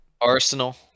Arsenal